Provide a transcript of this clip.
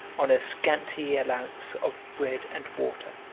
on a scanty allowance of bread and water.